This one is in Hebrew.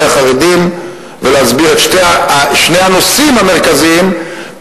החרדים ולהסביר את שני הנושאים המרכזיים,